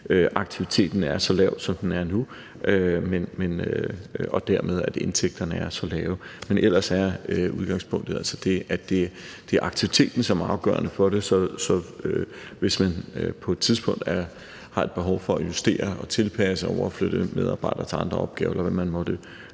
aktiviteten er så lav, som den er nu, og indtægterne dermed er så lave. Men ellers er udgangspunktet altså, at det er aktiviteten, som er afgørende for det. Så hvis man på et tidspunkt har et behov for at justere og tilpasse og overflytte medarbejdere til andre opgaver, eller hvad man måtte